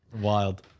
Wild